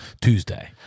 Tuesday